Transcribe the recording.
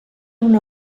una